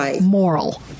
moral